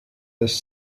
this